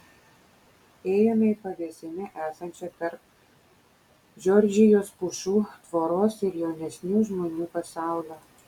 ėjome į pavėsinę esančią tarp džordžijos pušų tvoros ir jaunesnių žmonių pasaulio